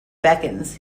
beckons